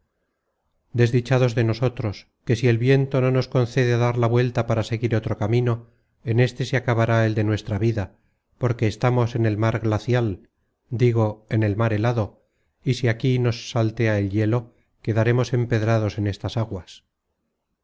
desdichados de nosotros que si el viento no nos concede dar la vuelta para seguir otro camino en éste se acabará el de nuestra vida porque estamos en el mar glacial digo en el mar helado y si aquí nos saltea el hielo quedarémos empedrados en estas aguas